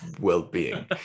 well-being